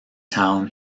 town